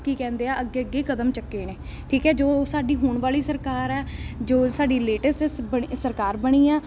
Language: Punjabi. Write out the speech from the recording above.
ਕੀ ਕਹਿੰਦੇ ਆ ਅੱਗੇ ਅੱਗੇ ਹੀ ਕਦਮ ਚੁੱਕੇ ਨੇ ਠੀਕ ਹੈ ਜੋ ਸਾਡੀ ਹੁਣ ਵਾਲੀ ਸਰਕਾਰ ਹੈ ਜੋ ਸਾਡੀ ਲੇਟੈਸਟ ਬਣੀ ਸਰਕਾਰ ਬਣੀ ਆ